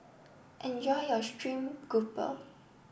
enjoy your steamed grouper